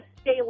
stay